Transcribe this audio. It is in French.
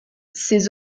ses